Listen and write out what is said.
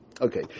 Okay